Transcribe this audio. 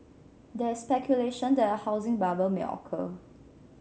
there is speculation that a housing bubble may occur